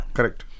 Correct